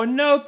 no